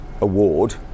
award